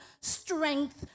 strength